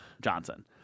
Johnson